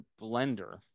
blender